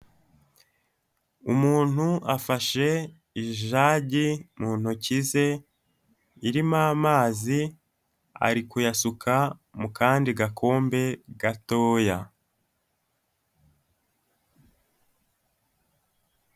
Umuntu afashe ijage mu ntoki ze irimo amazi, ari kuyasuka mu kandi gakombe gatoya.